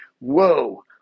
whoa